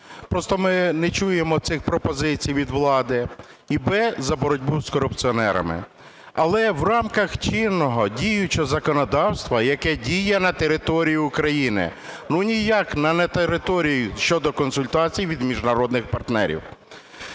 (просто ми не чуємо цих пропозицій від влади) і б) за боротьбу з корупціонерами. Але в рамках чинного, діючого законодавства, яке діє на території України, ну, ніяк не на території щодо консультацій від міжнародних партнерів.